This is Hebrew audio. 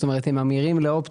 זאת אומרת הם המירים לאופציות,